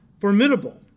formidable